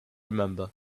remember